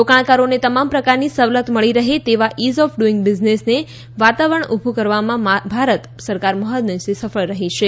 રોકાણકારોને તમામ પ્રકારની સવલત મળી રહે તેવા ઇઝ ઓફ ડુઇંગ બિઝનેસ વાતાવરણને ઉભુ કરવામાં ભારત સરકાર મહદંશે સફળ રહી છે